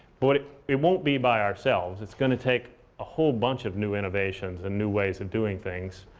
but it it won't be by ourselves. it's going to take a whole bunch of new innovations and new ways of doing things.